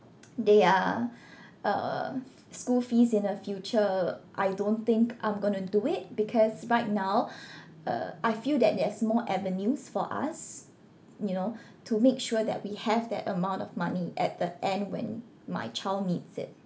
their uh school fees in the future I don't think I'm gonna to do it because right now uh I feel that there's more avenues for us you know to make sure that we have that amount of money at the end when my child needs it